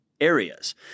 areas